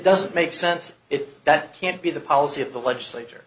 doesn't make sense it that can't be the policy of the legislature